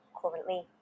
currently